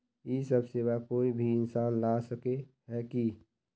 इ सब सेवा कोई भी इंसान ला सके है की?